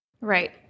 Right